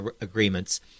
agreements